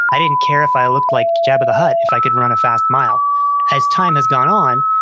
i didn't care if i looked like jabba the hutt, if i could run a fast mile as time has gone on,